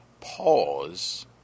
pause